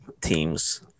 teams